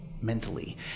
mentally